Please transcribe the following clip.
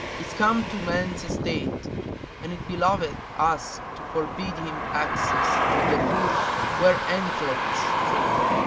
is come to man's estate and it behoveth us to forbid him access to the rooms where anklets trinkle,